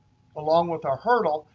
along with our hurdle.